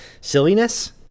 silliness